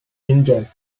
injured